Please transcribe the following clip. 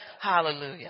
Hallelujah